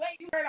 wait